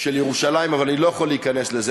של ירושלים, אבל אני לא יכול להיכנס לזה.